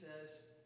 Says